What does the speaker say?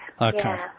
Okay